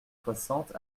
soixante